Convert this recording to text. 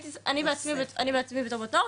אני בעצמי בתור בת נוער,